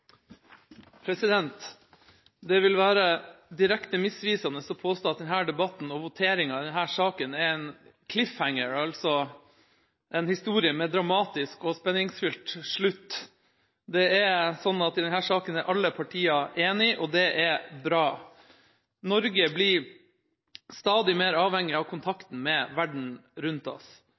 Det vil være direkte misvisende å påstå at denne debatten og voteringen i denne saken er en «cliffhanger», altså en historie med dramatisk og spenningsfylt slutt. I denne saken er alle partier enige – og det er bra. Norge blir stadig mer avhengig av kontakten med verden rundt oss.